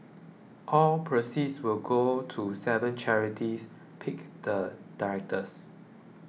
all proceeds will go to seven charities picked the directors